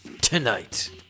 tonight